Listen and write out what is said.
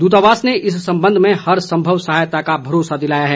दूतावास ने इस संबंध में हर संभव सहायता का भरोसा दिलाया है